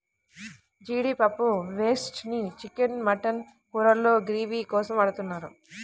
జీడిపప్పు పేస్ట్ ని chicken, mutton కూరల్లో గ్రేవీ కోసం వాడుతున్నారు